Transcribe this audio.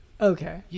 Okay